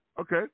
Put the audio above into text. Okay